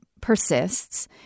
persists